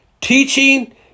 teaching